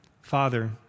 Father